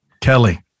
Kelly